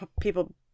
people